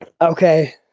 Okay